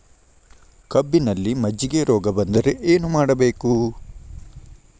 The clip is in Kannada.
ಕಬ್ಬಿನಲ್ಲಿ ಮಜ್ಜಿಗೆ ರೋಗ ಬಂದರೆ ಏನು ಮಾಡಬೇಕು?